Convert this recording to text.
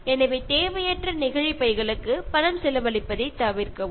plastic ബാഗിനു വേണ്ടി അനാവശ്യമായി പൈസ ചിലവാക്കാതിരിക്കുക